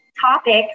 topics